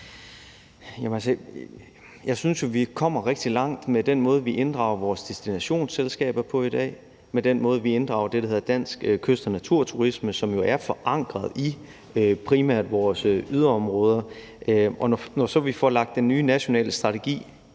Jeg synes jo, vi kommer rigtig langt med den måde, vi inddrager vores destinationsselskaber på i dag, med den måde, vi inddrager det, der hedder Dansk Kyst- og Naturturisme, på, som jo er forankret i primært vores yderområder. Og når så vi får lagt den nye nationale strategi